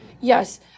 yes